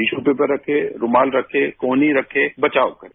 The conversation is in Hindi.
टिशु पेपर रखे रूमाल रखे कोहनी रखे बचाव करें